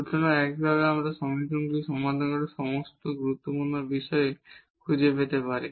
সুতরাং এইভাবে আমরা এই সমীকরণগুলি সমাধান করে সমস্ত গুরুত্বপূর্ণ বিষয় খুঁজে পেতে পারি